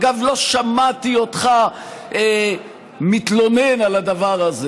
אגב, לא שמעתי אותך מתלונן על הדבר הזה